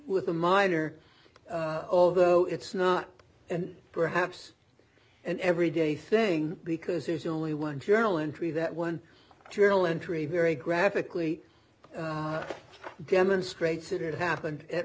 with a minor of though it's not and perhaps an everyday thing because there's only one journal entry that one journal entry very graphically demonstrates that it happened at